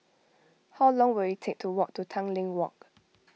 how long will it take to walk to Tanglin Walk